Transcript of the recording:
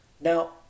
Now